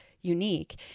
unique